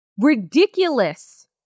ridiculous